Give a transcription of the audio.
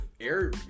air